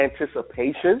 anticipation